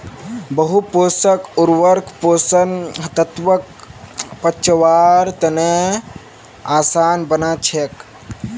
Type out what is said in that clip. बहु पोषक उर्वरक पोषक तत्वक पचव्वार तने आसान बना छेक